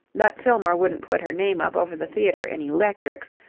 but fillmore wouldn't put her name up over the theatre in electrics,